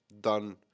done